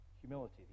humility